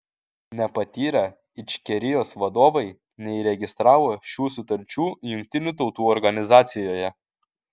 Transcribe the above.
nepatyrę ičkerijos vadovai neįregistravo šių sutarčių jungtinių tautų organizacijoje